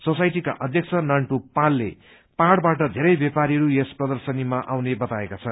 सोसाइटीका अध्यक्ष नान्टू पालले पहाड़बाट धेरै बयापारीहरू यस प्रदर्शनीमा आउने बताएका छन्